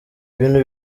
ibintu